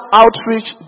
outreach